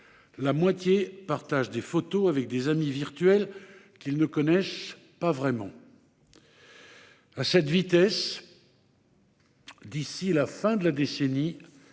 la moitié partagent des photos avec des amis virtuels qu'ils ne connaissent pas vraiment. À cette vitesse, d'ici à la fin de la décennie,